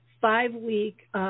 five-week